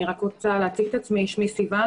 שמי סיון,